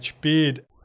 Beard